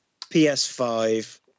PS5